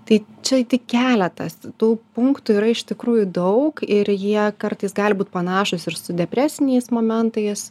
tai čia tik keletas tų punktų yra iš tikrųjų daug ir jie kartais gali būt panašūs ir su depresiniais momentais